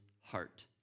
heart